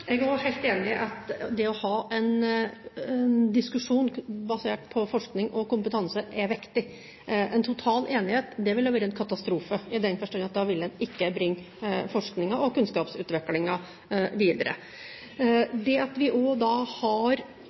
Jeg er også helt enig i at det å ha en diskusjon basert på forskning og kompetanse er viktig. En total enighet ville vært en katastrofe, i den forstand at da ville en ikke bringe forskningen og kunnskapsutviklingen videre. Det at vi også da har